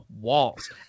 walls